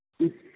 മ്മ്